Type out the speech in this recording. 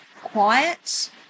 quiet